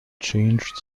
changed